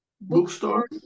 bookstore